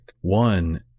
one